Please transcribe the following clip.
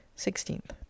Sixteenth